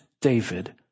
David